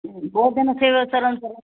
भोजनस्य एव स